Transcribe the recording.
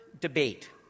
debate